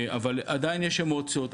אבל עדיין יש אמוציות.